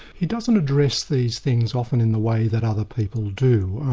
he doesn't address these things often in the way that other people do.